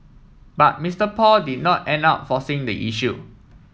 but Mister Paul did not end up forcing the issue